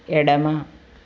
ఎడమ